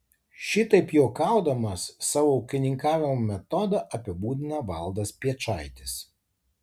šitaip juokaudamas savo ūkininkavimo metodą apibūdina valdas piečaitis